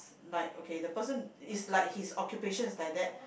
like okay the person its like his occupation is like that